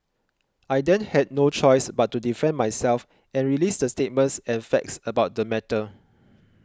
I then had no choice but to defend myself and release the statements and facts about the matter